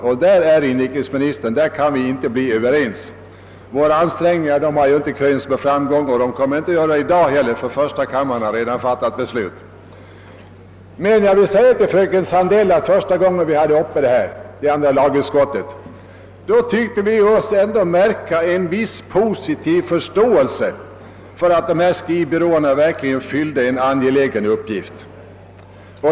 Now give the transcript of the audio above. I det fallet kan vi, herr inrikesminister, inte bli överens. Våra ansträngningar har inte krönts med framgång och kommer inte att göra det i dag heller, ty första kammaren har redan fattat beslut i enlighet med propositionen. Första gången denna fråga behandlades i andra lagutskottet tyckte vi oss märka en viss positiv förståelse för att skrivbyråerna verkligen fyllde en angelägen uppgift.